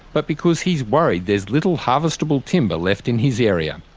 but because he's worried there's little harvestable timber left in his area.